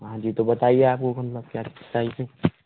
हाँ जी तो बताइए आप को क्या चाहिए